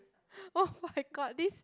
[oh]-my-god this